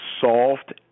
soft